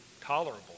tolerable